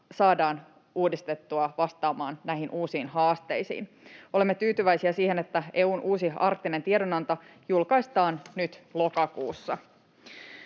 saadaan uudistettua vastaamaan näihin uusiin haasteisiin. Olemme tyytyväisiä siihen, että EU:n uusi arktinen tiedonanto julkaistaan nyt lokakuussa.